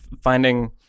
finding